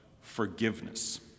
forgiveness